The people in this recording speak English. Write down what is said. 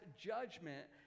judgment